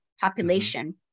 population